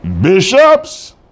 Bishops